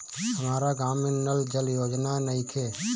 हमारा गाँव मे नल जल योजना नइखे?